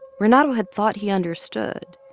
renato had thought he understood.